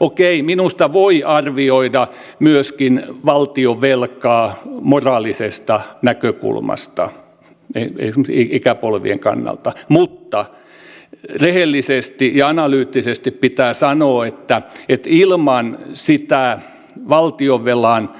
okei minusta voi arvioida myöskin valtionvelkaa moraalisesta näkökulmasta ikäpolvien kannalta mutta rehellisesti ja analyyttisesti pitää sanoa että ilman sitä valtionvelan